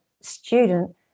student